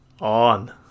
On